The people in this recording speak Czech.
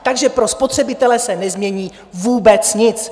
Takže pro spotřebitele se nezmění vůbec nic.